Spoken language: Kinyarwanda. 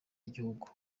igihugu